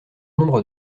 nombre